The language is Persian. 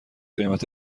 قیمت